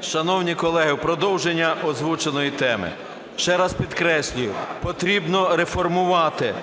Шановні колеги, в продовження озвученої теми, ще раз підкреслюю, потрібно реформувати